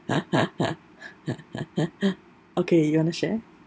okay you want to share